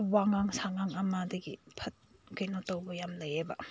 ꯋꯥꯉꯥꯡ ꯁꯥꯉꯥꯡ ꯑꯃꯗꯒꯤ ꯀꯩꯅꯣ ꯇꯧꯕ ꯌꯥꯝꯅ ꯂꯩꯑꯕ